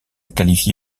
qualifié